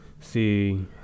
See